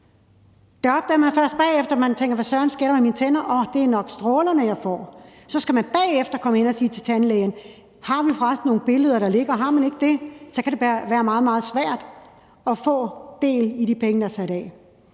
Det opdager man først bagefter, hvor man tænker: Hvad søren sker der med mine tænder? Åh, det er nok strålerne, jeg får. Så skal man bagefter komme ind og spørge tandlægen, om ikke der ligger nogle billeder, men er der ikke det, kan det være meget, meget svært at få del i de penge, der er sat af.